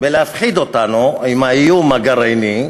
בלהפחיד אותנו עם האיום הגרעיני,